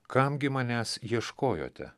kam gi manęs ieškojote